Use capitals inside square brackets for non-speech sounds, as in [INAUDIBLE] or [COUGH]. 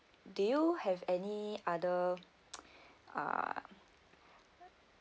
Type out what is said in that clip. do you have any other [NOISE] uh